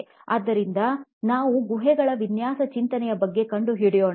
ಸರಿ ಆದ್ದರಿಂದ ನಾವು ಗುಹೆಗಳು ವಿನ್ಯಾಸ ಚಿಂತನೆ ಬಗ್ಗೆ ಕಂಡುಹಿಡಿಯೋನಾ